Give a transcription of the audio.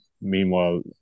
meanwhile